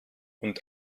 und